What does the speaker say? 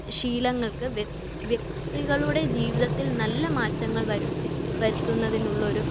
ശീലങ്ങൾക്ക് വ്യക്തികളുടെ ജീവിതത്തിൽ നല്ല മാറ്റങ്ങൾ വരുത്ത വരുത്തുന്നതിനുള്ളൊരു